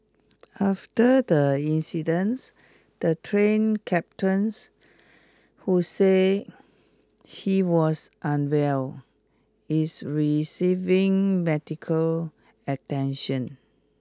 after the incidence the train captains who said he was unwell is receiving medical attention